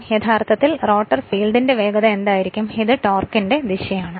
അതിനാൽ യഥാർത്ഥത്തിൽ റോട്ടർ ഫീൽഡിന്റെ വേഗത എന്തായിരിക്കും ഇത് ടോർക്കിന്റെ ദിശയാണ്